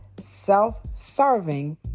self-serving